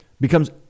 becomes